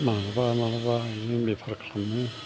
मालाबा मालाबा ओरैनो बेफार खालामो